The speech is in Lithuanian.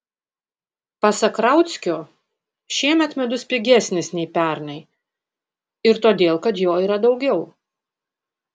pasak rauckio šiemet medus pigesnis nei pernai ir todėl kad jo yra daugiau